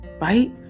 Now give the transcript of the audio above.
right